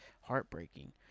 heartbreaking